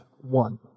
one